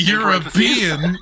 European